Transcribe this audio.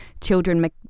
children